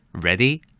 Ready